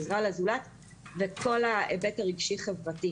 עזרה לזולת וכל ההיבט הרגשי-חברתי.